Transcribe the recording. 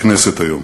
בכנסת היום.